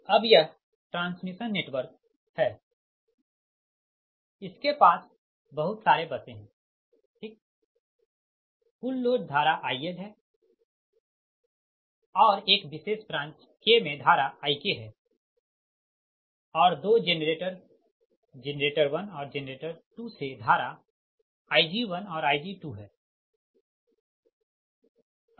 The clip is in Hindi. अब यह ट्रांसमिशन नेटवर्क है इसके पास बहुत सारे बसें है ठीक कुल लोड धारा IL है और एक विशेष ब्रांच K में धारा IK है और दो जेनरेटरस जेनरेटर 1 और जेनरेटर 2 से धारा Ig1और Ig2 है